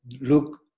look